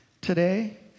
today